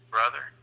Brother